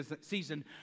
season